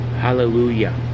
Hallelujah